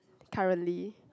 currently